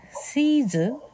Caesar